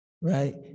Right